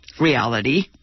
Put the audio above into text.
reality